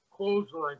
Clothesline